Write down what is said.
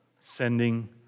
Sending